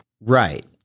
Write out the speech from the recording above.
Right